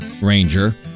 Ranger